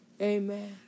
Amen